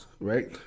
right